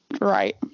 Right